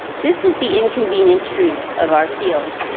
this is the inconvenient truth of our field,